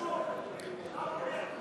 יש משהו חשוב,